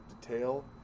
detail